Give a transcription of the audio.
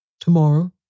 Tomorrow